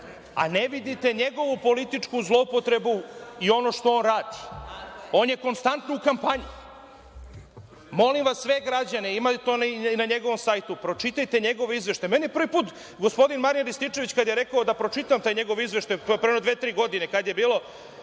a ne vidite njegovu političku zloupotrebu i ono što on radi. On je konstantno u kampanji. Molim sve građane, ima to i na njegovom sajtu, pročitajte njegove izveštaje. Meni prvi put gospodin Marijan Rističević kada je rekao da pročitam taj njegov izveštaj, pre jedno dve-tri godine, kada je bilo,